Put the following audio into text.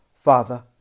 Father